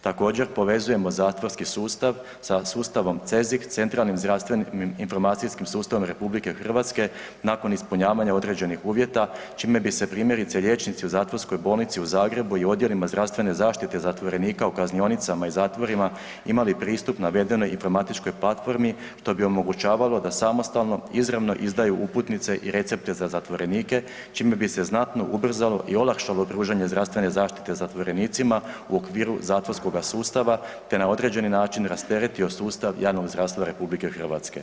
Također povezujemo zatvorski sustav sa sustavom CEZIH centralnim zdravstvenim informacijskim sustavom RH nakon ispunjavanja određenih uvjeta čime bi se primjerice liječnici primjerice u Zatvorskoj bolnici u Zagrebu i odjelima zdravstvene zaštite zatvorenika u kaznionicama i zatvorima imali pristup navedenoj informatičkoj platformi što bi omogućavalo da samostalno, izravno izdaju uputnice i recepte za zatvorenike čime bi se znatno ubrzalo i olakšalo pružanje zdravstvene zaštite zatvorenicima u okviru zatvorskoga sustava te na određeni način rasteretio sustav javnog zdravstva RH.